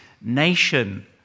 nation